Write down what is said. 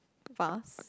vase